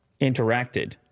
interacted